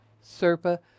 serpa